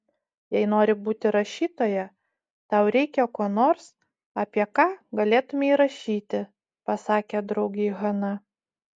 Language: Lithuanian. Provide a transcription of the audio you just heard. jei nori būti rašytoja tau reikia ko nors apie ką galėtumei rašyti pasakė draugei hana